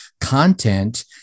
content